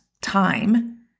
time